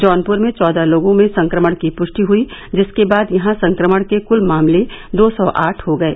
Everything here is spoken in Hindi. जौनपुर में चौदह लोगों में संक्रमण की पुष्टि हुई जिसके बाद यहां संक्रमण के कुल मामले दो सौ आठ हो गये